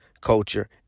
culture